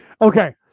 Okay